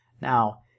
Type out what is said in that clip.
Now